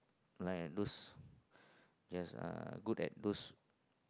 like those just uh good at those